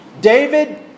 David